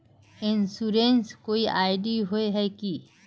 Insurance कोई ID होय है की?